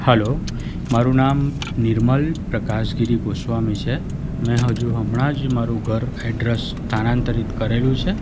હાલો મારું નામ નિર્મલ પ્રકાશગિરિ ગોસ્વામી છે મેં હજુ હમણાં જ મારું એડ્રસ સ્થાનાંતરિત કરેલું છે